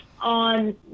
on